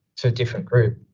to a different group.